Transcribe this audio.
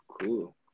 Cool